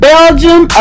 Belgium